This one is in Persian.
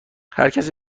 هرکسی